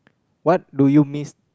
what do you miss